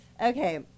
Okay